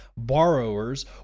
borrowers